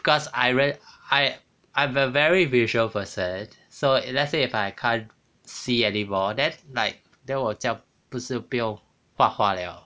because I ve~ I I'm a very visual person so if let's say if I can't see anymore then like then 我这样不是不用画画 liao